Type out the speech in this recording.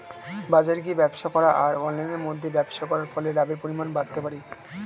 বাজারে গিয়ে ব্যবসা করা আর অনলাইনের মধ্যে ব্যবসা করার ফলে লাভের পরিমাণ বাড়তে পারে?